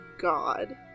God